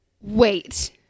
Wait